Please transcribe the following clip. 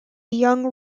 young